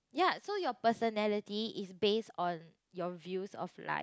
ya so your personality is based on your views of life